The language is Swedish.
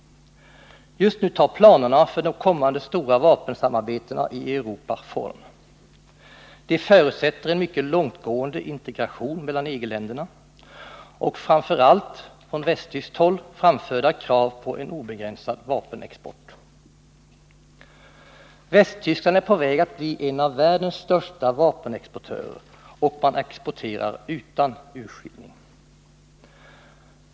Just nu tar planerna för de kommande stora vapensamarbetena i Europa form. De förutsätter en mycket långtgående integration mellan EG-länderna och medför — framför allt från vä sttyskt håll — krav på en obegränsad vapenexport. Västtyskland är på väg att bli en av världens största vapenexportörer, och man exporterar utan urskillning.